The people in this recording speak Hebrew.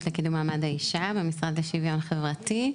לקידום מעמד האישה במשרד לשוויון חברתי.